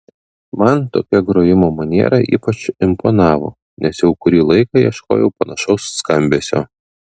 man tokia grojimo maniera ypač imponavo nes jau kurį laiką ieškojau panašaus skambesio